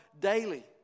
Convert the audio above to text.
daily